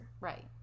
Right